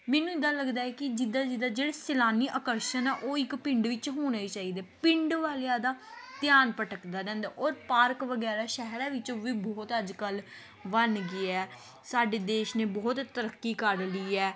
ਮੈਨੂੰ ਇੱਦਾਂ ਲੱਗਦਾ ਹੈ ਕਿ ਜਿੱਦਾਂ ਜਿੱਦਾਂ ਜਿਹੜੇ ਸੈਲਾਨੀ ਆਕਰਸ਼ਣ ਆ ਉਹ ਇੱਕ ਪਿੰਡ ਵਿੱਚ ਹੋਣਾ ਹੀ ਚਾਹੀਦਾ ਪਿੰਡ ਵਾਲਿਆਂ ਦਾ ਧਿਆਨ ਭਟਕਦਾ ਰਹਿੰਦਾ ਔਰ ਪਾਰਕ ਵਗੈਰਾ ਸ਼ਹਿਰਾਂ ਵਿੱਚ ਵੀ ਬਹੁਤ ਅੱਜ ਕੱਲ੍ਹ ਬਣ ਗਿਆ ਸਾਡੇ ਦੇਸ਼ ਨੇ ਬਹੁਤ ਤਰੱਕੀ ਕਰ ਲਈ ਹੈ